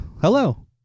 Hello